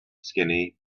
skinny